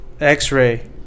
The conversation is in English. x-ray